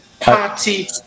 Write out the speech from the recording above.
party